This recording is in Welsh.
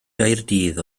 gaerdydd